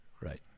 right